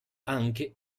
anche